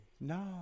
No